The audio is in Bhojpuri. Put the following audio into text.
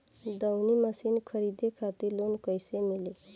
दऊनी मशीन खरीदे खातिर लोन कइसे मिली?